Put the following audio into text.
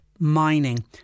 Mining